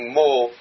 more